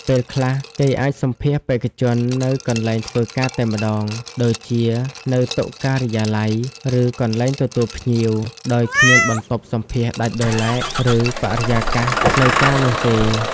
ពេលខ្លះ គេអាចសម្ភាសន៍បេក្ខជននៅកន្លែងធ្វើការតែម្ដង ដូចជានៅតុការិយាល័យ ឬកន្លែងទទួលភ្ញៀវ ដោយគ្មានបន្ទប់សម្ភាសន៍ដាច់ដោយឡែក ឬបរិយាកាសផ្លូវការនោះទេ។